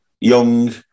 Young